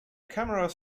cameras